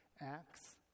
acts